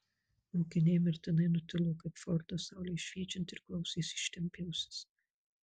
mokiniai mirtinai nutilo kaip fjordas saulei šviečiant ir klausėsi ištempę ausis